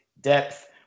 depth